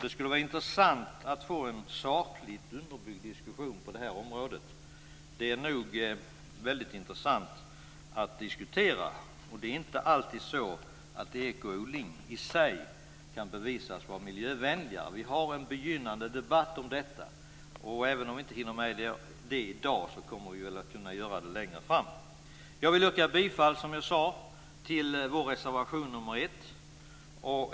Det skulle vara intressant att få en sakligt underbyggd diskussion på detta område. Det är väldigt intressant att diskutera detta - det är inte alltid så att ekoodling i sig kan bevisas vara miljövänlig. Det finns en begynnande debatt om det. Även om vi inte hinner med den i dag, kanske vi kan göra det längre fram. Jag yrkar som sagt bifall till vår reservation nr 1.